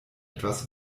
etwas